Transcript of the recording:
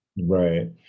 Right